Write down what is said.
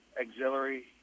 auxiliary